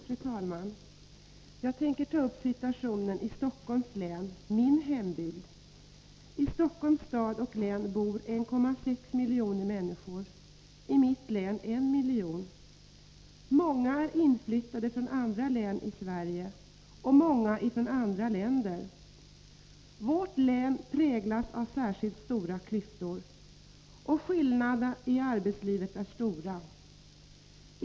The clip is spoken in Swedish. Fru talman! Jag tänker ta upp situationen i Stockholms län, min hembygd. I Stockholms stad och län bor 1,6 miljoner människor, i mitt län 1 miljon. Många är inflyttade från andra län i Sverige, många från andra länder. Vårt län präglas av särskilt stora klyftor, och skillnaderna i arbetslivet är stora.